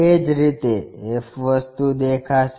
એ જ રીતે f વસ્તુ દેખાશે